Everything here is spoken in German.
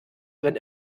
wenn